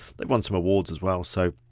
they've won some awards as well, so